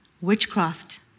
Witchcraft